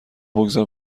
بگذار